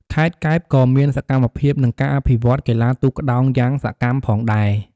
ខេត្តកែបក៏មានសកម្មភាព និងការអភិវឌ្ឍន៍កីឡាទូកក្ដោងយ៉ាងសកម្មផងដែរ។